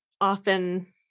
often